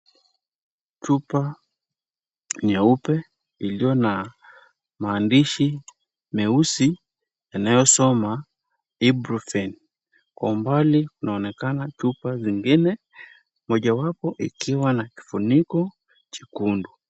Chupa nyeupe iliyo na maandishi meusi yanayo soma eprufen . Kwa umbali kunaonekana chupa zingine mojawapo ikiwa na kifuniko chekundu.